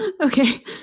Okay